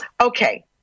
Okay